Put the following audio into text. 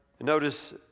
Notice